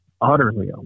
utterly